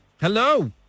hello